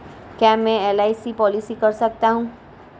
क्या मैं LIC policy कर सकता हूं?